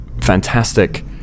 fantastic